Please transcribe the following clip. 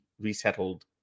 resettled